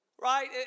Right